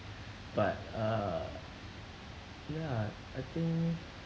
but uh ya I think